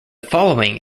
following